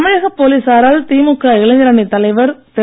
தமிழக போலீசாரால் திமுக இளைஞர் அணித் தலைவர் திரு